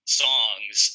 songs